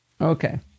Okay